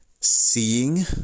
seeing